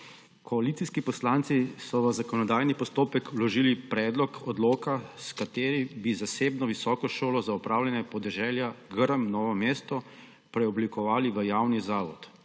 Koalicijski poslanci so v zakonodajni postopek vložili predlog odloka, s katerim bi zasebno Visoko šolo za upravljanje podeželja Grm Novo mesto preoblikovali v javni zavod.